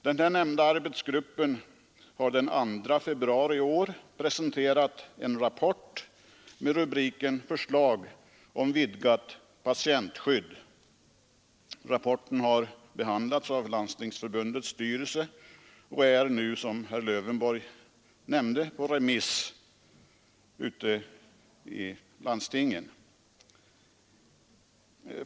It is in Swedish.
Den nämnda arbetsgruppen presenterade den 2 februari i år en rapport med rubriken ”Förslag om vidgat patientskydd”. Rapporten har behandlats av Landstingsförbundets styrelse och är nu, som herr Lövenborg nämnde, ute på remiss.